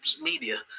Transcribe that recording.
media